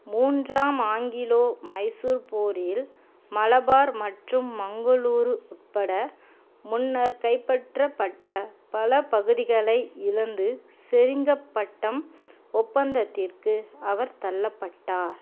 மூன்றாம் ஆங்கிலோ மைசூர் போரில் மலபார் மற்றும் மங்களூரு உட்பட முன்னர் கைப்பற்றப்பட்ட பல பகுதிகளை இழந்து செரிங்கபட்டம் ஒப்பந்தத்திற்கு அவர் தள்ளப்பட்டார்